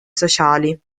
sociali